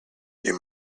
you